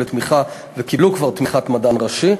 לקבלת תמיכה וכבר קיבלו את תמיכת המדען הראשי,